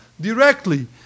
directly